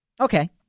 Okay